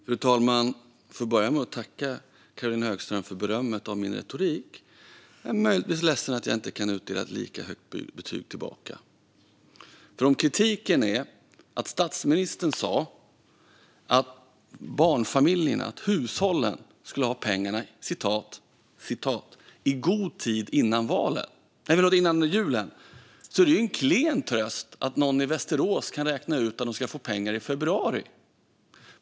Fru talman! Jag får börja med att tacka Caroline Högström för berömmet om min retorik. Jag är möjligtvis ledsen att jag inte kan utdela ett lika högt betyg tillbaka. Om kritiken handlar om att statsministern sa att barnfamiljerna och hushållen skulle ha pengarna "i god tid före jul" är det en klen tröst att någon i Västerås kan räkna ut att man ska få pengar i februari.